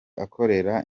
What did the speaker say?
akorera